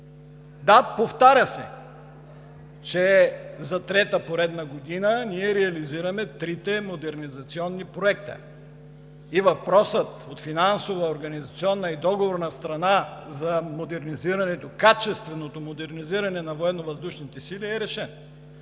Да, повтаря се, че за трета поредна година реализираме трите модернизационни проекта и въпросът от финансово организационна и договорна страна за качественото модернизиране на Военновъздушните сили е решен